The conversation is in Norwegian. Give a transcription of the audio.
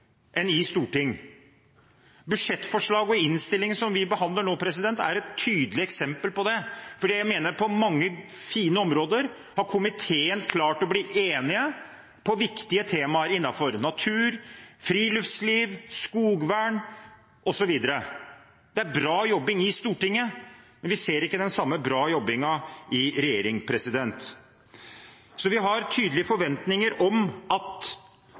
et tydelig eksempel på dette. På mange områder har komiteen klart å bli enige om viktige temaer innenfor natur, friluftsliv, skogvern osv. Det er bra jobbing i Stortinget, men vi ser ikke like bra jobbing i regjeringen. Vi har tydelige forventninger om at